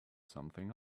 something